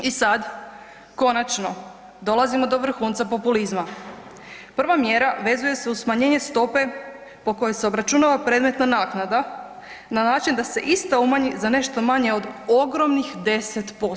I sada konačno dolazimo do vrhunca populizma, prva mjera vezuje se uz smanjenje stope po kojoj se obračunava predmetna naknada na način da se ista umanji za nešto manje od ogromnih 10%